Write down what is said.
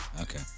Okay